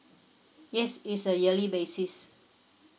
yes it's a yearly basis